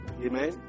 Amen